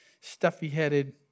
stuffy-headed